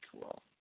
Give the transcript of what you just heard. cool